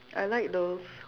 I like though